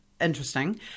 interesting